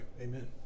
Amen